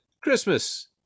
christmas